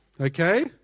Okay